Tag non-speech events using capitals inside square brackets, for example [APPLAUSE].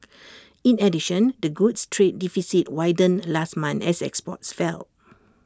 [NOISE] in addition the goods trade deficit widened last month as exports fell